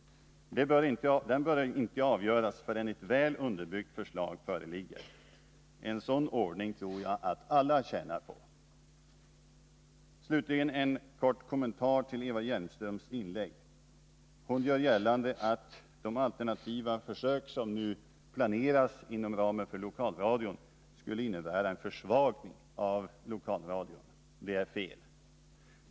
Den bör inte avgöras förrän ett väl underbyggt förslag föreligger. En sådan ordning tror jag att alla tjänar på. Slutligen en kort kommentar till Eva Hjelmströms inlägg. Hon gör gällande att de alternativa försök som nu planeras inom ramen för lokalradion skulle innebära en försvagning av lokalradion. Det är fel!